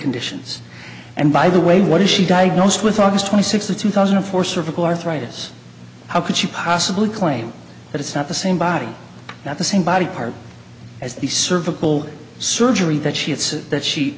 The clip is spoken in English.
conditions and by the way what is she diagnosed with august twenty sixth two thousand and four cervical arthritis how could she possibly claim that it's not the same body not the same body part as the cervical surgery that she it's that she